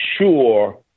sure